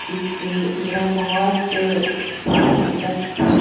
जिसपर मेरा बहुत मतलब